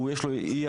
בעצם יש לו אי-העסקה,